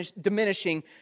diminishing